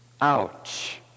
Ouch